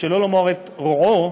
שלא לומר את רועו,